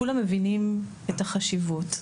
כולם מבינים את החשיבות,